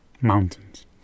Mountains